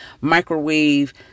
microwave